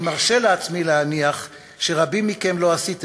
אני מרשה לעצמי להניח שרבים מכם לא עשו זאת.